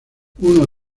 uno